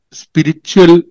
spiritual